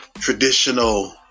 traditional